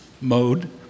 mode